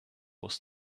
was